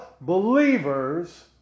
believers